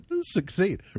Succeed